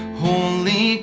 holy